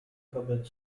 convent